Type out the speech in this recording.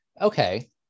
Okay